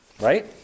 Right